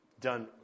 Done